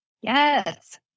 Yes